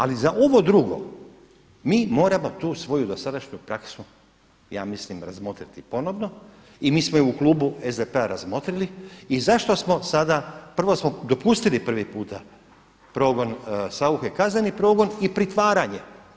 Ali za ovo drugo mi moramo tu svoju dosadašnju praksu ja mislim razmotriti ponovno i mi smo u klubu SDP-a razmotrili i zašto smo sada prvo smo dopustili prvi puta progon Sauche, kazneni progon i pritvaranje.